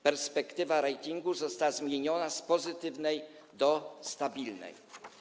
Perspektywa ratingu została zmieniona z pozytywnej na stabilną.